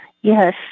Yes